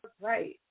right